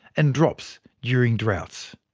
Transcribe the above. and drops during droughts.